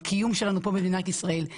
הקיום שלנו במדינת ישראל.